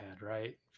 right